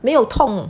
没有痛